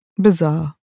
Bizarre